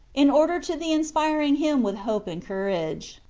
in order to the inspiring him with hope and courage.